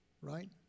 right